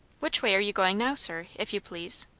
which way are you going now, sir, if you please?